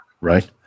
right